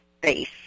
base